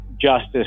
justice